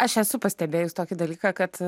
aš esu pastebėjus tokį dalyką kad